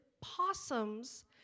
possums